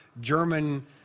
German